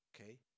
okay